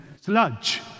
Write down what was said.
sludge